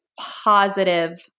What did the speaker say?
positive